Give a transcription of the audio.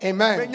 Amen